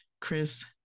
chris